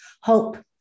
hope